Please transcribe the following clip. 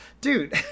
dude